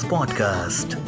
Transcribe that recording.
Podcast